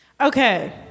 Okay